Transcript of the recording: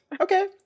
Okay